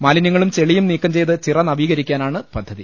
മാലിന്യങ്ങളും ചെളിയും നീക്കം ചെയ്ത് ചിറ നവീകരിക്കാനാണ് പദ്ധതി